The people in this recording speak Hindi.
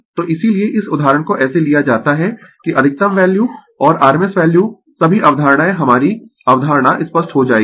तो इसीलिये इस उदाहरण को ऐसे लिया जाता है कि अधिकतम वैल्यू और rms वैल्यू सभी अवधारणाएं हमारी अवधारणा स्पष्ट हो जाएंगी